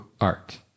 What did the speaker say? art